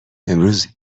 امروز